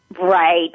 Right